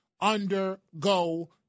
undergo